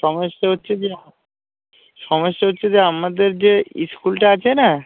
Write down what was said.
সমস্যা হচ্ছে যে আপ সমস্যা হচ্ছে যে আমাদের যে স্কুলটা আছে না